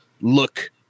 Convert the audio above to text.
look